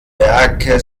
werke